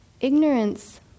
Ignorance